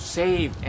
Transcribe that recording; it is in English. save